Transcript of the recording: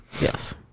Yes